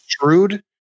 shrewd